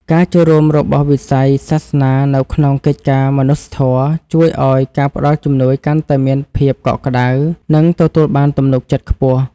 ការចូលរួមរបស់វិស័យសាសនានៅក្នុងកិច្ចការមនុស្សធម៌ជួយឱ្យការផ្តល់ជំនួយកាន់តែមានភាពកក់ក្តៅ និងទទួលបានទំនុកចិត្តខ្ពស់។